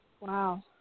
Wow